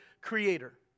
creator